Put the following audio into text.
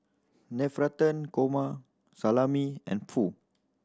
Navratan Korma Salami and Pho